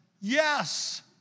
Yes